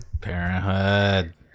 parenthood